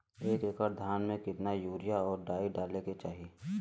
एक एकड़ धान में कितना यूरिया और डाई डाले के चाही?